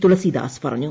തുളസീദാസ് പറഞ്ഞു